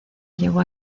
llegó